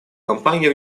компаний